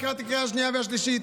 לקראת הקריאה השנייה והשלישית,